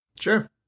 Sure